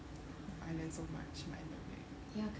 I learn so much I love it